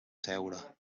seure